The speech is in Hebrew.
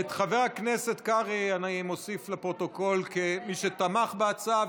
את חבר הכנסת קרעי אני מוסיף לפרוטוקול כמי שתמך בהצעה,